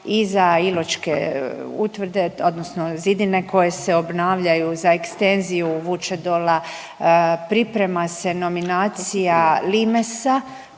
i za iločke utvrde odnosno zidine koje se obnavljaju za ekstenziju Vučedola, priprema se nominacija limesa